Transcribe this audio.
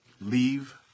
Leave